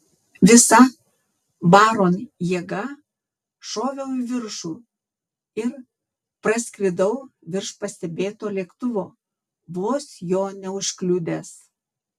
visa baron jėga šoviau į viršų ir praskridau virš pastebėto lėktuvo vos jo neužkliudęs